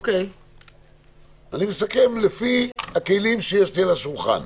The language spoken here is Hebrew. אני מסכם לפי הכלים שיש לי על השולחן.